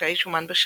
משקעי שומן בשרירים,